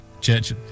Church